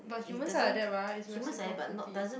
but humans are like that right it's reciprocity